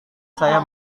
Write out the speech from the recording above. saya